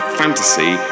fantasy